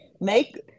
Make